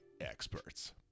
experts